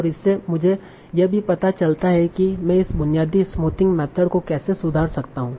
और इससे मुझे यह भी पता चलता है कि मैं इस बुनियादी स्मूथिंग मेथड को कैसे सुधार सकता हूं